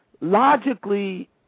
logically